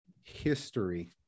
history